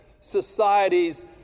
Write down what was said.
societies